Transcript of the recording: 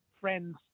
friends